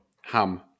ham